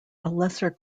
lesser